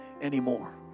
anymore